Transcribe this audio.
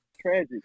Tragic